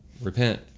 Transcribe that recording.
repent